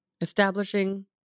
establishing